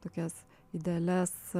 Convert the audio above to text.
tokias idealias